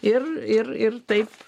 ir ir ir taip